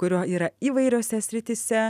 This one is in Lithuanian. kurio yra įvairiose srityse